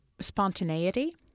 spontaneity